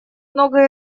много